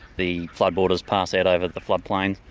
the floodwaters pass out over the floodplain,